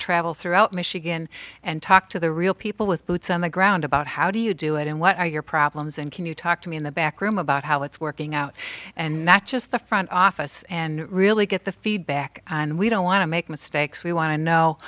travel throughout michigan and talk to the real people with boots on the ground about how do you do it and what are your problems and can you talk to me in the back room about how it's working out and not just the front office and really get the feedback and we don't want to make mistakes we want to know